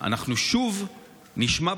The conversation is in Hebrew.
אנחנו שוב נשמע,